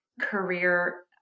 career